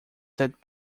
that